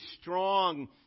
strong